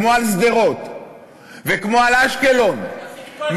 כמו על שדרות וכמו על אשקלון,